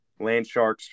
Landsharks